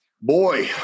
Boy